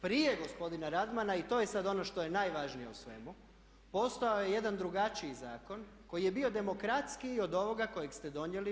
Prije gospodina Radmana i to je sad ono što je najvažnije u svemu postojao je jedan drugačiji zakon koji je bio demokratskiji od ovoga kojeg ste donijeli vi.